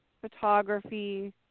photography